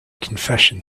confession